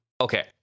Okay